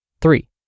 Three